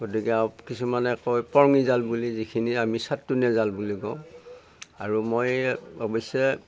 গতিকে আৰু কিছুমানে কয় পঙী জাল বুলি যিখিনি আমি চাট্টনীয়া জাল বুলি কওঁ আৰু মই অৱশ্যে